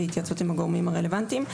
בהתייעצות עם הגורמים הרלוונטיים.